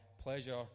pleasure